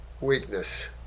weakness